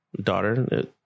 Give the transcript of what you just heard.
daughter